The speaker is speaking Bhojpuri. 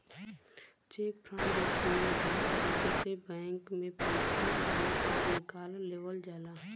चेक फ्रॉड में गलत तरीके से बैंक में पैसा जमा आउर निकाल लेवल जाला